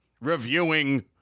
reviewing